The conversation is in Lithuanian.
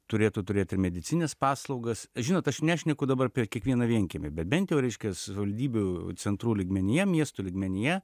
turėtų turėti medicinines paslaugas žinot aš nešneku dabar apie kiekvieną vienkiemį bent jau reiškias savivaldybių centrų lygmenyje miestų lygmenyje